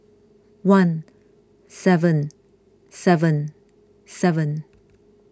one seven seven seven